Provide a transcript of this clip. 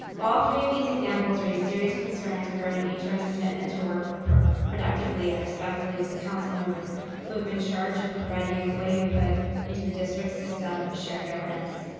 all three of these examples raise serious concerns regarding hr's commitment to work productively and respectfully with the council members who have been charged with providing employee input into the district system of shared governance.